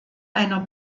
einer